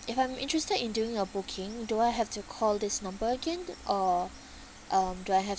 if I'm interested in doing a booking do I have to call this number again or um do I have